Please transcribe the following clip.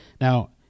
Now